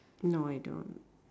no I don't